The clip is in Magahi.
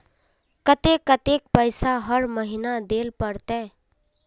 केते कतेक पैसा हर महीना देल पड़ते?